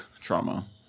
trauma